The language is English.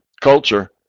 culture